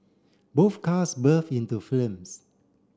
both cars burst into flames